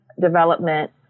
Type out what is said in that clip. development